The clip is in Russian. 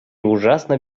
ужасно